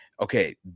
okay